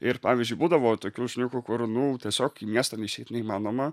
ir pavyzdžiui būdavo tokių šuniukų kur nu tiesiog į miestą neišeit neįmanoma